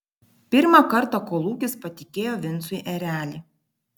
pirmą kartą kolūkis patikėjo vincui erelį